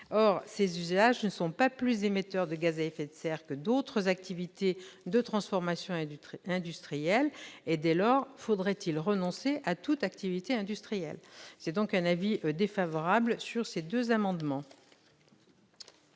Or ces usages ne sont pas plus émetteurs de gaz à effet de serre que d'autres activités de transformation industrielle. Dès lors, faudrait-il renoncer à toute activité industrielle ? La commission a donc émis un avis défavorable sur les amendements